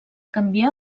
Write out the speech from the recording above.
canviar